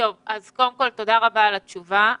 תודה רבה על התשובה.